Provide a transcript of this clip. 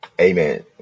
Amen